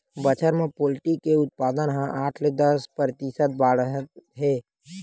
बछर म पोल्टी के उत्पादन ह आठ ले दस परतिसत बाड़हत हे